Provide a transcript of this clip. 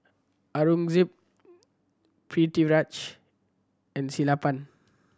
Aurangzeb Pritiviraj and Sellapan